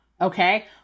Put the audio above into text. Okay